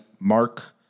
Mark